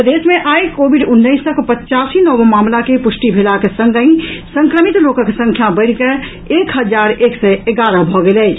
प्रदेश मे आई कोविड उन्नैसक पचासी नव मामिला के पुष्टि भेलाक संगहि संक्रमित लोकक संख्या बढ़ि कऽ एक हजार एक सय अठारह भऽ गेल अछि